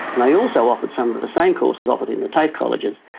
and they also offered some of the same courses offered in the tafe colleges.